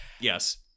Yes